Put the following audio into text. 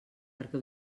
perquè